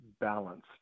balanced